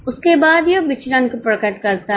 उसके बाद यह विचलन को प्रकट करता है